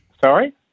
Sorry